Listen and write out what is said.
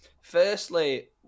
Firstly